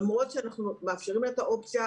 למרות שאנחנו מאפשרים לה את האופציה,